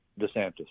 DeSantis